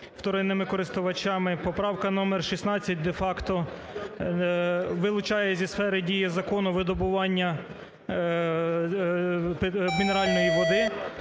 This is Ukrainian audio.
Поправка номер 16 де-факто вилучає зі сфери дії закону видобування мінеральної води.